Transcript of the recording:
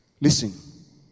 Listen